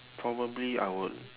probably I would